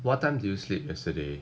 what time did you sleep yesterday